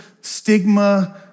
stigma